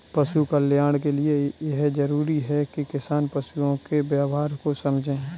पशु कल्याण के लिए यह जरूरी है कि किसान पशुओं के व्यवहार को समझे